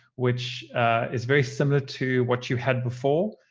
which is very similar to what you had before.